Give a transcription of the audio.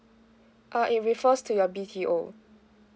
err it refers to your B_T_O